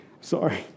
Sorry